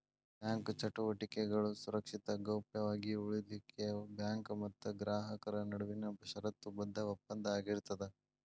bank ಚಟುವಟಿಕೆಗಳು ಸುರಕ್ಷಿತ ಗೌಪ್ಯ ವಾಗಿ ಉಳಿಲಿಖೆಉಳಿಲಿಕ್ಕೆ ಬ್ಯಾಂಕ್ ಮತ್ತ ಗ್ರಾಹಕರ ನಡುವಿನ ಷರತ್ತುಬದ್ಧ ಒಪ್ಪಂದ ಆಗಿರ್ತದ